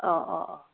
अ अ अ